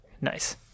Nice